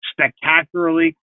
spectacularly